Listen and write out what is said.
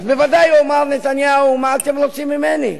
אז בוודאי יאמר נתניהו: מה אתם רוצים ממני?